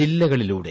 ജില്ലകളിലൂടെ